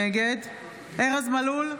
נגד ארז מלול,